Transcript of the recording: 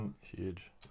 Huge